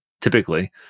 typically